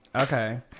Okay